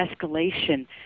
escalation